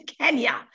Kenya